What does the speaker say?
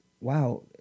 wow